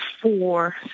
four